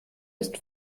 ist